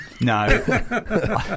No